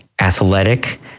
athletic